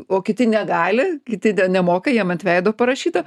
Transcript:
o kiti negali kiti ten nemoka jam ant veido parašyta